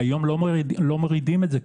אבל לא מורידים את זה,